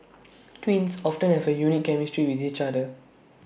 twins often have A unique chemistry with each other